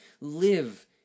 live